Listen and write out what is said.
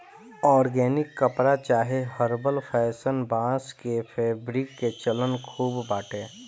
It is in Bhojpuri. ऑर्गेनिक कपड़ा चाहे हर्बल फैशन, बांस के फैब्रिक के चलन खूब बाटे